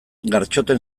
gartxoten